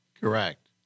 Correct